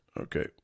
Okay